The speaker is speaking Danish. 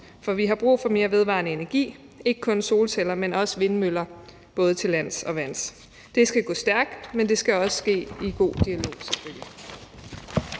for vi har brug for mere vedvarende energi, ikke kun solceller, men også vindmøller, både til lands og til vands. Det skal gå stærkt, men det skal selvfølgelig også ske i en god dialog.